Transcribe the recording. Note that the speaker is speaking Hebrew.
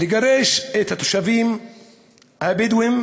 לגרש את התושבים הבדואים